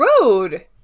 Rude